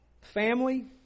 Family